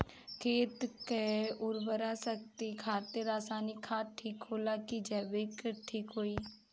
खेत के उरवरा शक्ति खातिर रसायानिक खाद ठीक होला कि जैविक़ ठीक होई?